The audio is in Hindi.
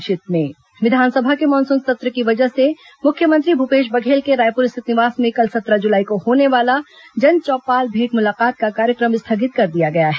संक्षिप्त समाचार विधानसभा के मानसून सत्र की वजह से मुख्यमंत्री भूपेश बघेल के रायपुर स्थित निवास में कल सत्रह जुलाई को होने वाला जन चौपाल भेंट मुलाकात का कार्यक्रम स्थगित कर दिया गया है